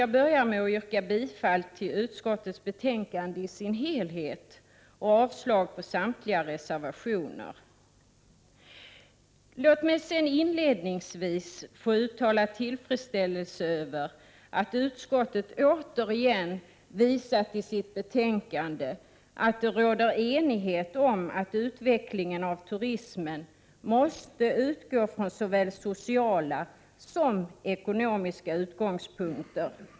Jag börjar med att yrka bifall till utskottets hemställan och avslag på samtliga reservationer. Låt mig inledningsvis få uttala tillfredsställelse över att utskottet i sitt betänkande återigen har visat att det råder enighet om att utvecklingen av turismen måste utgå från såväl sociala som ekonomiska utgångspunkter.